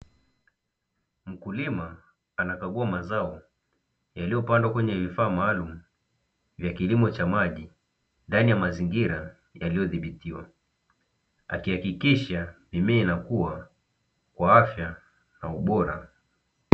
Mkulima anakagua mazao yaliyopandwa kwenye vifaa maalumu ya kilimo cha maji ndani ya mazingira yaliyodhibitiwa akihakikisha mimea inakuwa kwa afya na ubora.